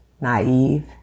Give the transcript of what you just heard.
naive